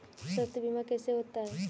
स्वास्थ्य बीमा कैसे होता है?